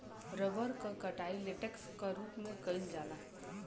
rubber क कटाई latex क रूप में कइल जाला